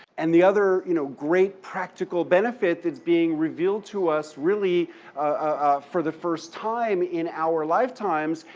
and the other you know great practical benefit that's being revealed to us, really ah for the first time in our lifetimes,